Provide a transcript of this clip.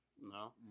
No